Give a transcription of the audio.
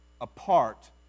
apart